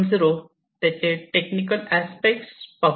0 त्याचे technical aspect पाहू